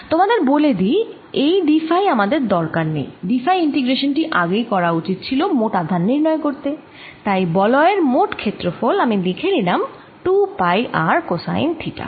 তোমাদের বলে দিই এই d ফাই আমাদের দরকার নেই d ফাই ইন্টিগ্রেশান টি আগেই করা উচিত ছিল মোট আধান নির্ণয় করতে তাই বলয়ের মোট ক্ষেত্রফল আমি লিখে নিলাম 2 পাই R কোসাইন থিটা